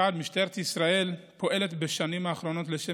משטרת ישראל פועלת בשנים האחרונות לשם